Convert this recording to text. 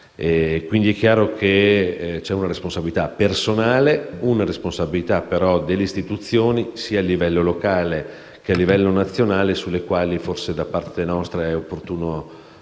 quindi è chiaro che c'è una responsabilità personale e una responsabilità delle istituzioni, sia a livello locale, sia a livello nazionale, sulle quali forse da parte nostra è opportuno comunque